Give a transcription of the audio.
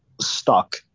stuck